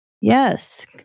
yes